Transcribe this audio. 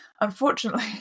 unfortunately